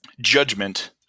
judgment